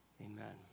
amen